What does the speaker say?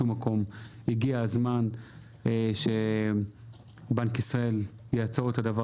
הגיע הזמן שבנק ישראל יעצור את זה.